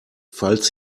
falls